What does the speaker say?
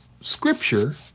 scripture